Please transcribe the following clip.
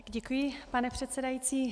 Děkuji, pane předsedající.